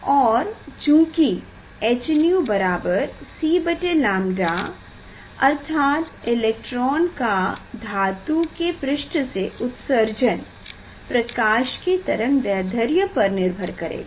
और चूंकि h𝛎 c𝝺अर्थात इलेक्ट्रॉन का धातु के पृष्ठ से उत्सर्जन प्रकाश के तरंगदैध्र्य पर निर्भर करेगा